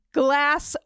glass